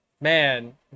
man